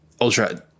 Ultra